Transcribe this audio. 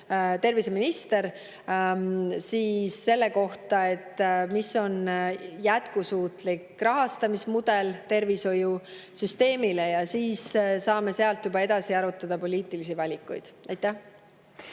terviseminister, selle kohta, milline on jätkusuutlik rahastamismudel tervishoiusüsteemile, ja siis saame juba edasi arutada poliitilisi valikuid. Aitäh!